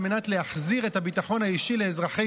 על מנת להחזיר את הביטחון האישי לאזרחי